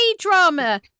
drama